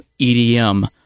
EDM